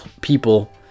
people